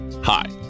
Hi